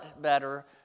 better